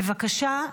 בבקשה.